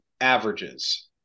averages